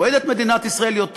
אוהד את מדינת ישראל יותר,